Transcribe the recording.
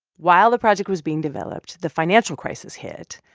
while the project was being developed, the financial crisis hit,